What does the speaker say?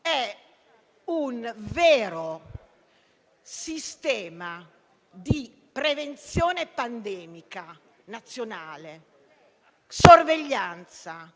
è un vero sistema di prevenzione pandemica nazionale, sorveglianza,